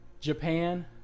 Japan